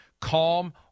calm